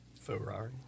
Ferrari